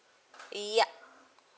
ya